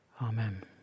Amen